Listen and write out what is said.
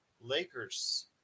lakers